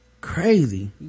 Crazy